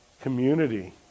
community